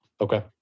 Okay